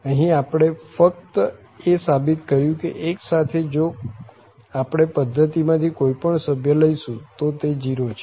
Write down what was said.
અહીં આપણે ફક્ત એ સાબિત કર્યું કે 1 સાથે જો આપણે પધ્ધતિમાં થી કોઈ પણ સભ્ય લઈશું તો તે 0 છે